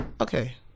Okay